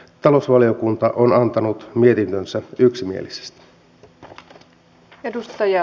talousvaliokunta on antanut mietintönsä yksimielisesti